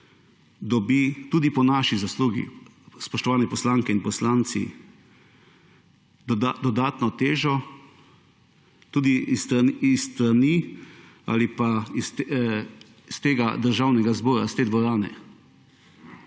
dobi tudi po naši zaslugi, spoštovane poslanke in poslanci, dodatno težo tudi iz tega državnega zbora, iz te dvorane.